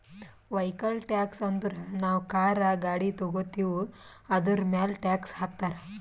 vehicle tax ಅಂದುರ್ ನಾವು car, ಗಾಡಿ ತಗೋತ್ತಿವ್ ಅದುರ್ಮ್ಯಾಲ್ ಟ್ಯಾಕ್ಸ್ ಹಾಕ್ತಾರ್